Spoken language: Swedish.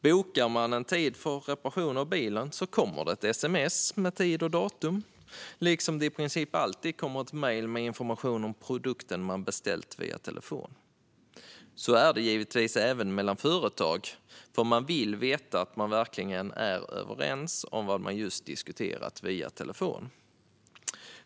Bokar man en tid för reparation av bilen kommer det ett sms med tid och datum, liksom det i princip alltid kommer ett mejl med information om den produkt man har beställt via telefon. Så är det givetvis även mellan företag, för man vill veta att man verkligen är överens om vad man just har diskuterat via telefon.